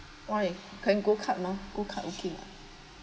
why you can go kart mah go kart okay [what]